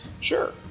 Sure